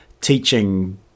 teaching